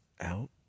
Out